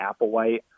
Applewhite